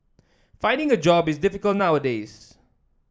finding a job is difficult nowadays